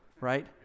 right